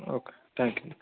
okay thank you